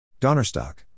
Donnerstock